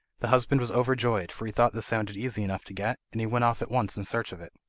the husband was overjoyed, for he thought this sounded easy enough to get, and he went off at once in search of it.